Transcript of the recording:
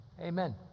Amen